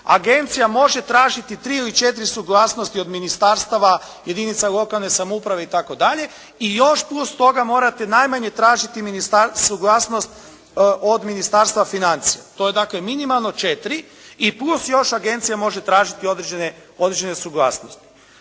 agencija može tražiti tri ili četiri suglasnosti od ministarstava, jedinica lokalne samouprave itd. i još plus toga morate najmanje tražiti suglasnost od Ministarstva financija. To je dakle minimalno četiri i plus još agencija može tražiti određene suglasnosti.